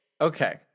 Okay